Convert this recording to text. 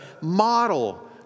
model